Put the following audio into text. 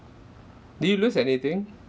did you lose anything